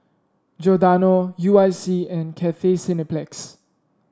Giordano U I C and Cathay Cineplex